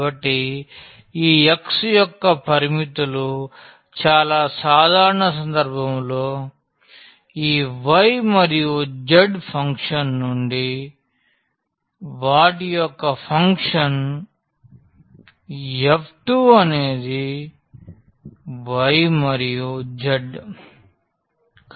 కాబట్టి ఈ x యొక్క పరిమితులు చాలా సాధారణ సందర్భంలో ఈ y మరియు z ఫంక్షన్ నుండి వాటి యొక్క ఫంక్షన్f 2 అనేది y మరియు z